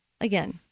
again